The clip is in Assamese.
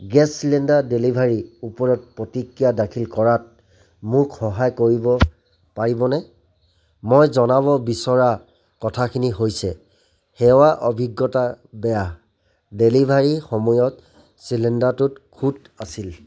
গেছ চিলিণ্ডাৰ ডেলিভাৰীৰ ওপৰত প্ৰতিক্ৰিয়া দাখিল কৰাত মোক সহায় কৰিব পাৰিবনে মই জনাব বিচৰা কথাখিনি হৈছে সেৱাৰ অভিজ্ঞতা বেয়া ডেলিভাৰীৰ সময়ত চিলিণ্ডাৰটোত খুঁত আছিল